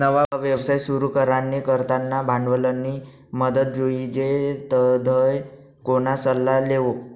नवा व्यवसाय सुरू करानी करता भांडवलनी मदत जोइजे तधय कोणा सल्ला लेवो